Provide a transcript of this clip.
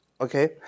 okay